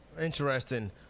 Interesting